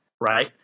right